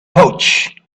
pouch